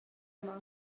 yma